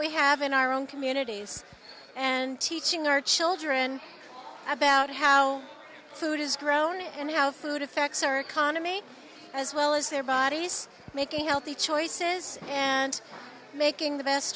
we have in our own communities and teaching our children about how food is grown and how food affects our economy as well as their bodies making healthy choices and making the best